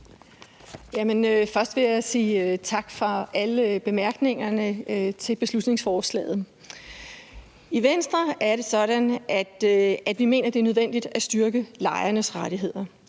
Først vil jeg sige tak for alle bemærkningerne til beslutningsforslaget. I Venstre er det sådan, at vi mener, at det er nødvendigt at styrke lejernes rettigheder.